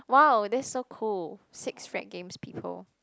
wow that's so cool six rec games people